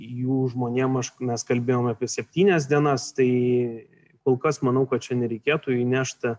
jų žmonėm aš mes kalbėjom apie septynias dienas tai kol kas manau kad čia nereikėtų įnešti